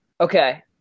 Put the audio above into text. Okay